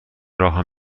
راهم